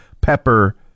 Pepper